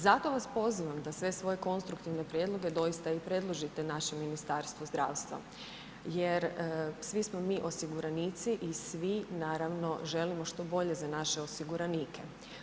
Zato vas pozivam da sve svoje konstruktivne prijedloge doista i predložite našem Ministarstvu zdravstva jer svi smo mi osiguranici i svi naravno želimo što bolje za naše osiguranike.